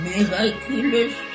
Miraculous